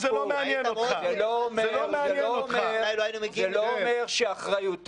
אי אפשר להנחות